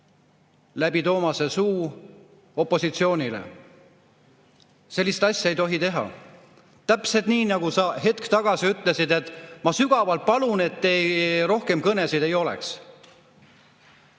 läbi Toomase suu. Sellist asja ei tohi teha. Täpselt nii, nagu sa hetk tagasi ütlesid: ma sügavalt palun, et rohkem kõnesid ei oleks.